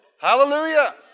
Hallelujah